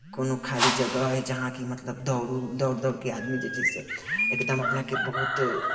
कोनो खाली जगह अइ जहाँकि मतलब दौड़ू दौड़ि दौड़ि कऽ आदमी जे छै से एकदम अपनाके बहुत